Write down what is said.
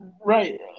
Right